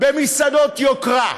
במסעדות יוקרה?